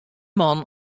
man